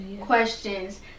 questions